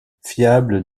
fiables